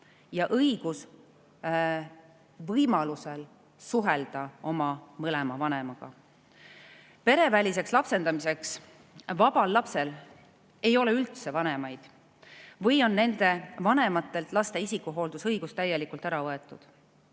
ja õigus võimalusel suhelda mõlema vanemaga. Pereväliseks lapsendamiseks vabal lapsel ei ole üldse vanemaid või on tema vanematelt lapse isikuhooldusõigus täielikult ära võetud.